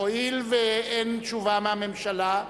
הואיל ואין תשובה מהממשלה,